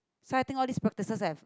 sight this all this spotted as